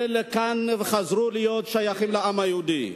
וכאן הם חזרו להיות שייכים לעם היהודי.